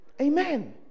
Amen